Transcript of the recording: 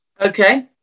Okay